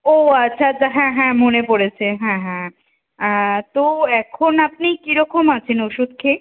ও আচ্ছা আচ্ছা হ্যাঁ হ্যাঁ মনে পড়েছে হ্যাঁ হ্যাঁ তো এখন আপনি কী রকম আছেন ওষুধ খেয়ে